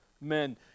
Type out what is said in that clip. men